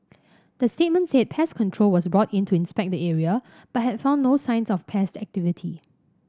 the statement said pest control was brought in to inspect the area but had found no signs of pest activity